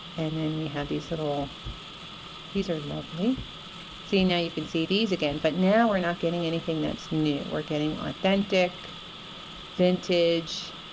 and then we have these little these are lovely see now you can see these again but now we're not getting anything that's new we're getting authentic vintage